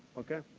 okay?